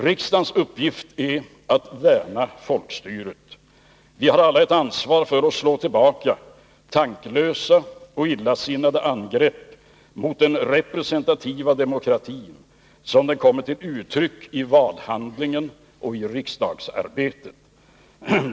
Riksdagens uppgift är att värna folkstyret. Vi har alla ett ansvar för att slå tillbaka tanklösa och illasinnade angrepp mot den representativa demokratin som den kommer till uttryck i valhandlingen och i riksdagsarbetet.